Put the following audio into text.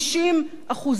לא פחות.